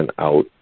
out